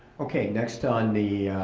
okay, next on the.